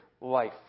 life